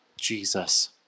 Jesus